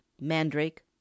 Mandrake